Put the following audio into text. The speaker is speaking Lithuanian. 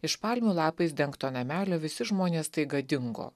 iš palmių lapais dengto namelio visi žmonės staiga dingo